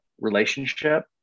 relationship